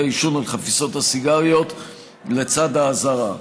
העישון על חפיסות הסיגריות לצד האזהרה.